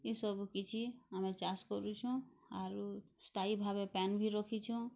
ଇ ସବୁ କିଛି ଆମେ୍ ଚାଷ୍ କରୁଛୁ ଆରୁ ସ୍ଥାୟୀ ଭାବେ ପ୍ୟାନ୍ ବି ରଖିଛୁଁ